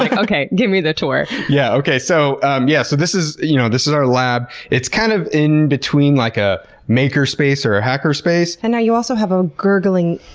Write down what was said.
like okay, give me the tour! yeah, so um yeah so this is you know this is our lab, it's kind of in between like a makerspace or hackerspace. and you also have a gurgling,